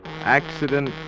Accident